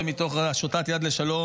-- בין אם עשיתם מרצון ומתוך הושטת יד לשלום.